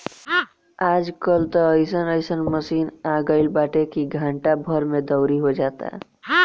आज कल त अइसन अइसन मशीन आगईल बाटे की घंटा भर में दवरी हो जाता